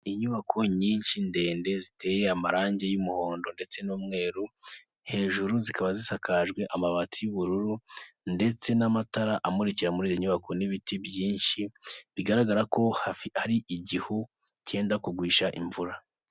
Inyubako nyinshi ndende ziteye amarange y'umuhondo ndetse n'umweru, hejuru zikaba zisakajwe amabati y'ubururu ndetse n'amatara amurikira muri iyo nyubako n'ibiti byinshi, bigaragara ko hari igihu cyenda kugwisha imvura.